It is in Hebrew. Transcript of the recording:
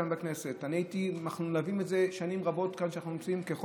אנחנו מלווים את זה שנים רבות כשאנחנו נמצאים כאן.